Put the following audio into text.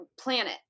planet